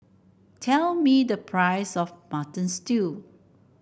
tell me the price of Mutton Stew